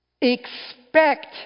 expect